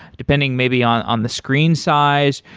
depending maybe on on the screen size,